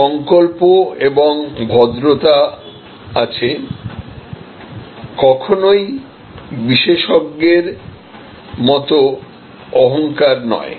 সংকল্প এবং ভদ্রতা আছে কখনই বিশেষজ্ঞ দের মত অহংকার নয়